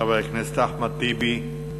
חבר הכנסת אחמד טיבי.